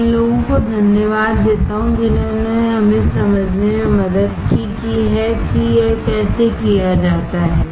मैं इन लोगों को धन्यवाद देता हूं जिन्होंने हमें समझने में मदद की है कि यह कैसे किया जाता है